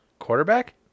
Quarterback